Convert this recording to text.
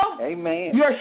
amen